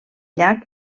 llac